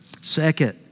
Second